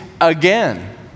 again